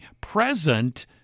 present